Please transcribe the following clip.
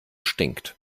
stinkt